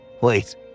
Wait